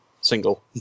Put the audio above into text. single